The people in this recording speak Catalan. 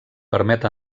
permet